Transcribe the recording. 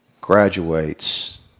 graduates